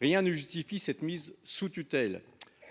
Rien ne justifie cette mise sous tutelle.